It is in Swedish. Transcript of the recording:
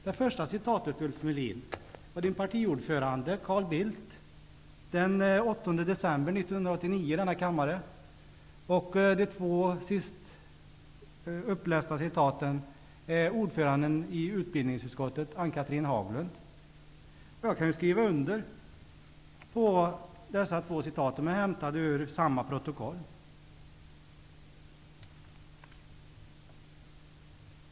Det första citatet var av Ulf Melins partiordförande Carl Bildt från den 8 december 1989 i denna kammare. De övriga två citaten var av ordföranden i utbildningsutskottet Ann-Cathrine Haglund. Jag kan skriva under dessa två citat som är hämtade ur samma protokoll.